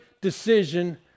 decision